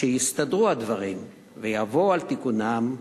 שיסתדרו הדברים ויבואו על תיקונם,